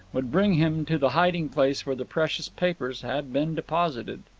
would bring him to the hiding-place where the precious papers had been deposited.